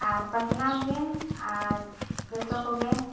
ᱟᱨ ᱯᱟᱥᱱᱟᱣ ᱜᱮ ᱡᱚᱛᱚ ᱠᱚᱜᱮ